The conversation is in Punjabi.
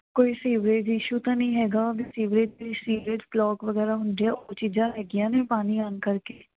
ਕੋਈ ਸੀਵਰੇਜ ਇਸ਼ੂ ਤਾਂ ਨਹੀਂ ਹੈਗਾ ਵੀ ਸੀਵਰੇਜ ਸੀਵਰੇਜ ਬਲੋਕ ਵਗੈਰਾ ਹੁੰਦੇ ਆ ਉਹ ਚੀਜ਼ਾਂ ਹੈਗੀਆਂ ਨੇ ਪਾਣੀ ਆਉਣ ਕਰਕੇ